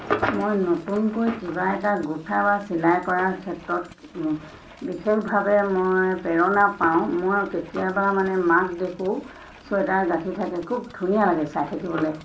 মই নতুনকৈ কিবা এটা গোঠা বা চিলাই কৰাৰ ক্ষেত্ৰত বিশেষভাৱে মই প্ৰেৰণা পাওঁ মই কেতিয়াবা মানে মাক দেখোঁ চুৱেটাৰ গাঁঠি থাকে খুব ধুনীয়া লাগে চাই থাকিবলৈ